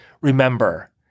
Remember